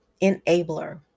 Enabler